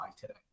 today